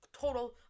total